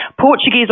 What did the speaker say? Portuguese